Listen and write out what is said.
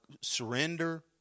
surrender